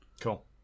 cool